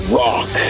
rock